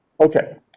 Okay